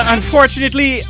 Unfortunately